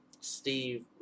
steve